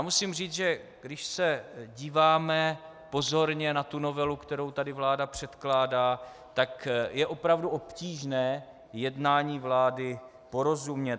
Musím říct, že když se díváme pozorně na novelu, kterou tady vláda předkládá, tak je opravdu obtížné jednání vlády porozumět.